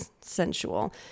sensual